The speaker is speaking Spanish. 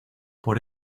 por